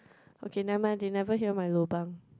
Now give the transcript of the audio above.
okay never mind they never hear my lobang